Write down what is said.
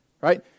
right